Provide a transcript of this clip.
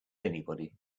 anybody